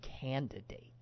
candidate